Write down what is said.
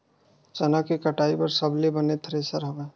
चना के कटाई बर सबले बने थ्रेसर हवय?